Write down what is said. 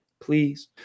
please